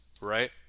right